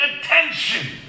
attention